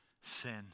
sin